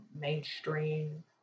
mainstream